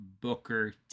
Booker